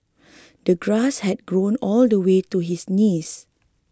the grass had grown all the way to his knees